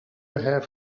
have